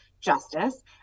justice